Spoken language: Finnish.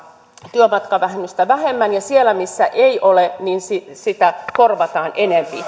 työmatkavähennystä vähemmän ja siellä missä ei ole sitä sitä korvataan enempi